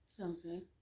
Okay